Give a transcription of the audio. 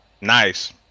Nice